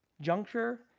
juncture